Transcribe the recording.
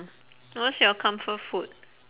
what's your comfort food